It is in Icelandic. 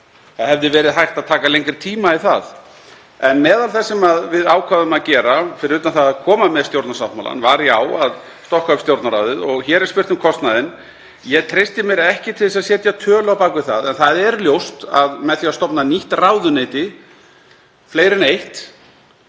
Það hefði verið hægt að taka lengri tíma í það, en meðal þess sem við ákváðum að gera, fyrir utan það að koma með stjórnarsáttmálann, var já, að stokka upp Stjórnarráðið og hér er spurt um kostnaðinn. Ég treysti mér ekki til að setja tölu á bak við það en það er ljóst að með því að stofna nýtt ráðuneyti, fleiri en eitt,